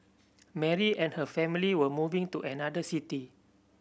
Mary and her family were moving to another city